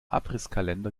abrisskalender